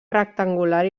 rectangular